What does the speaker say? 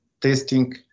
testing